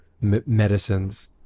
medicines